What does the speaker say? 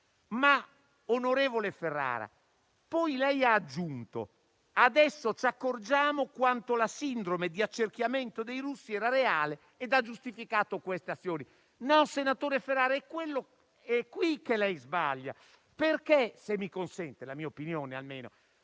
Ma, onorevole Ferrara, lei ha poi aggiunto che adesso ci accorgiamo quanto la sindrome di accerchiamento dei russi fosse reale e ha giustificato queste azioni. No, senatore Ferrara, è qui che lei sbaglia, se mi consente (è la mia opinione).